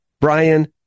Brian